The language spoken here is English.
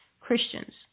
Christians